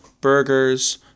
burgers